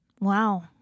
wow